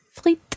Frites